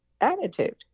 attitude